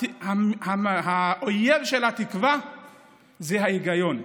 האויב של תקווה זה ההיגיון,